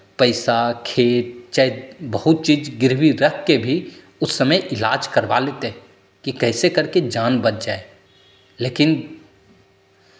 पैसा खेत चैत बहुत चीज़ गिरवी रख के भी उस समय इलाज करवा लेते हैं कि कैसे करके जान बच जाए लेकिन